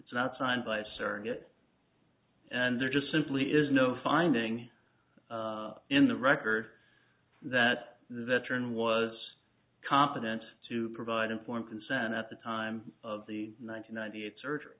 it's not signed by a surrogate and there just simply is no finding in the record that the veteran was confidence to provide informed consent at the time of the nine hundred ninety eight surgery